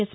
yes